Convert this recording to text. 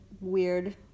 weird